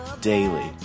daily